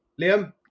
Liam